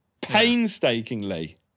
painstakingly